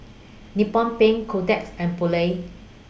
Nippon Paint Kotex and Poulet